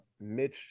Mitch